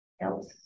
else